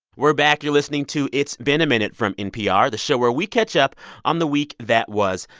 we're back. you're listening to it's been a minute from npr, the show where we catch up on the week that was.